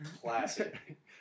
Classic